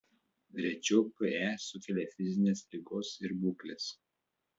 rečiau pe sukelia fizinės ligos ir būklės